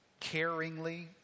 caringly